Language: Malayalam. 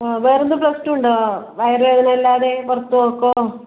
ആ വേറെ എന്തെങ്കിലും പ്രശ്നമുണ്ടോ വയറുവേദന അല്ലാതെ പുറത്ത് പോക്കോ